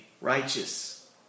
righteous